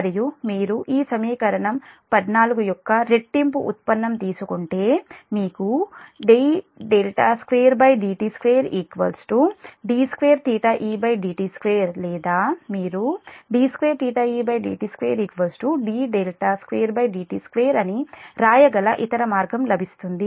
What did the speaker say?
మరియు మీరు ఈ సమీకరణం 14 యొక్క రెట్టింపు ఉత్పన్నం తీసుకుంటే మీకు d2dt2 d2edt2లేదా మీరు d2edt2 d2dt2అని వ్రాయగల ఇతర మార్గం లభిస్తుంది